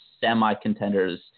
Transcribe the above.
semi-contenders